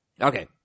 Okay